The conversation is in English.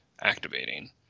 activating